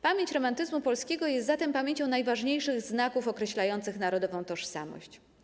Pamięć romantyzmu polskiego jest zatem pamięcią najważniejszych znaków określających narodową tożsamość.